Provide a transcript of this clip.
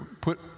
Put